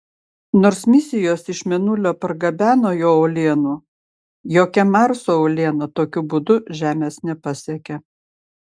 nors misijos iš mėnulio pargabeno jo uolienų jokia marso uoliena tokiu būdu žemės nepasiekė